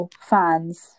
fans